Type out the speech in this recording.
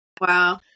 Wow